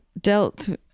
dealt